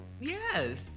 Yes